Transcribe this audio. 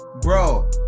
Bro